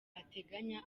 ateganya